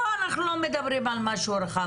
פה אנחנו לא מדברים על משהו רחב,